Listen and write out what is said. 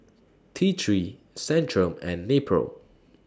T three Centrum and Nepro